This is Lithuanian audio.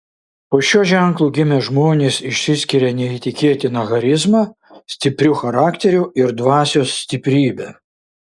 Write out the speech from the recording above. po šiuo ženklu gimę žmonės išsiskiria neįtikėtina charizma stipriu charakteriu ir dvasios stiprybe